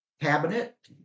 cabinet